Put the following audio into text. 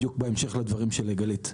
בדיוק בהמשך לדברים של גלית.